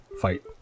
fight